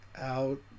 out